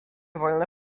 wolne